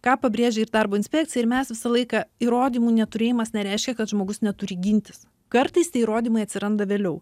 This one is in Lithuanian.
ką pabrėžia ir darbo inspekcija ir mes visą laiką įrodymų neturėjimas nereiškia kad žmogus neturi gintis kartais tie įrodymai atsiranda vėliau